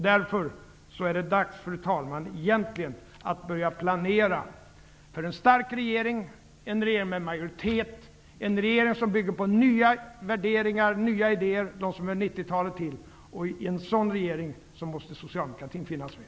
Därför är det egentligen dags, fru talman, att börja planera för en stark regering, en regering med majoritet, en regering som bygger på nya värderingar och nya idéer som hör 90-talet till. I en sådan regering måste socialdemokratin finnas med.